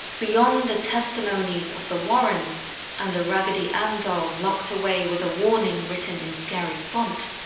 beyond the testimonies of the warrens and a raggedy ann doll locked away with a warning written in scary font,